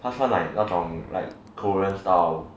他穿 like 那种 korean style